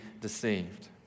deceived